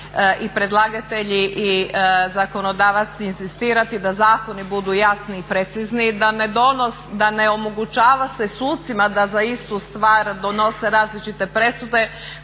i predlagatelji i zakonodavac inzistirati da zakoni budu jasni i precizni, da ne omogućava se sucima da za istu stvar donose različite presude